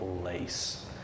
place